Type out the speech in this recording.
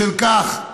בשל כך,